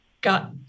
got